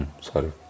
Sorry